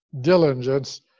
diligence